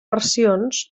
versions